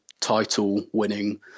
title-winning